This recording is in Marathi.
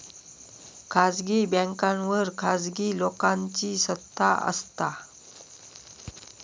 खासगी बॅन्कांवर खासगी लोकांची सत्ता असता